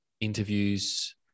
interviews